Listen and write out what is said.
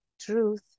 truth